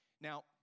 Now